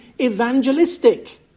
evangelistic